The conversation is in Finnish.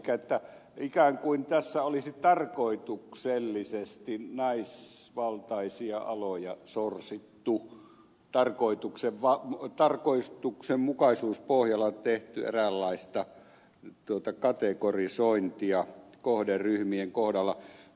elikkä ikään kuin tässä olisi tarkoituksellisesti naisvaltaisia aloja sorsittu tarkoituksenmukaisuuspohjalla tehty eräänlaista kategorisointia kohderyhmien kohdalla